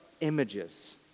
images